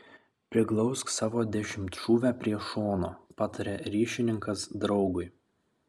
priglausk savo dešimtšūvę prie šono pataria ryšininkas draugui